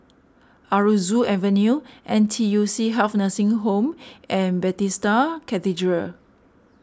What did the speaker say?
Aroozoo Avenue N T U C Health Nursing Home and Bethesda Cathedral